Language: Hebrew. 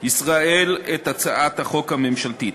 ישראל את הצעת החוק הממשלתית.